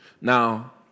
Now